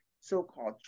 so-called